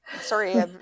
sorry